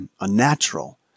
unnatural